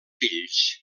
fills